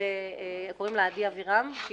היא